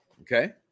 Okay